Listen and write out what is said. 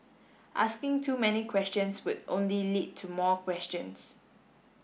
asking too many questions would only lead to more questions